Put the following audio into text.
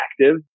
active